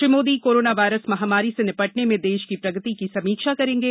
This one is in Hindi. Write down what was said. श्री मोदी कोरोना वायरस महामारी से निपटने में देश की प्रगति की समीक्षा करेंगे